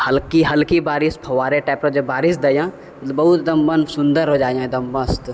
हल्की हल्की बारिश फव्वारे टाइपके जे बारिश दै यऽ बहुत एकदम मन सुन्दर हो जाइ हँ एकदम मस्त